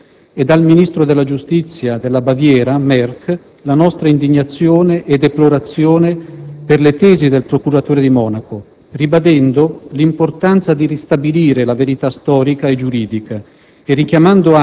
ed al ministro della giustizia della Baviera, Merk, la nostra indignazione e deplorazione per le tesi del procuratore di Monaco, ribadendo l'importanza di ristabilire la verità storica e giuridica